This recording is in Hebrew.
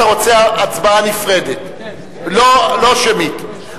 לא שמית.